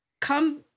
come